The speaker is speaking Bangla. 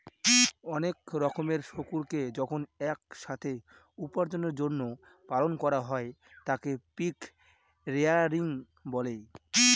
অনেক রকমের শুকুরকে যখন এক সাথে উপার্জনের জন্য পালন করা হয় তাকে পিগ রেয়ারিং বলে